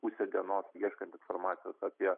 pusę dienos ieškant informacijos apie